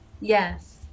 Yes